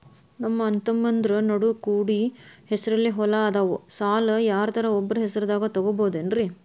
ನಮ್ಮಅಣ್ಣತಮ್ಮಂದ್ರ ನಡು ಕೂಡಿ ಹೆಸರಲೆ ಹೊಲಾ ಅದಾವು, ಸಾಲ ಯಾರ್ದರ ಒಬ್ಬರ ಹೆಸರದಾಗ ತಗೋಬೋದೇನ್ರಿ?